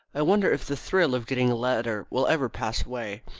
i wonder if the thrill of getting a letter will ever pass away.